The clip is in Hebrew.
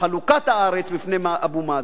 לחלוקת הארץ בפני מר אבו מאזן.